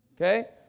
Okay